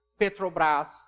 Petrobras